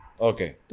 Okay